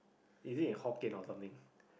is it in hokkien or something